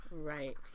Right